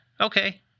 okay